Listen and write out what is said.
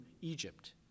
Egypt